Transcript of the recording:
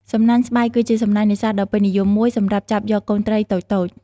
សំណាញ់ស្បៃ គឺជាសំណាញ់នេសាទដ៏ពេញនិយមមួយ សម្រាប់ចាប់យកកូនត្រីតូចៗ។